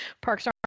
parks